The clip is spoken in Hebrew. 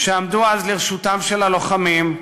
שעמדו אז לרשותם של הלוחמים.